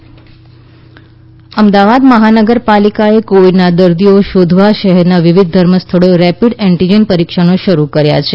Ahmedabad covid Ahmedabad મહાનગરપાલિકાએ કોવીડના દર્દીઓ શોધવા શહેરના વિવિધ ધર્મસ્થળોએ રેપીડ એન્ટીજન પરિક્ષણો શરૂ કર્યા છે